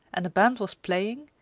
and the band was playing,